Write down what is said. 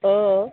অঁ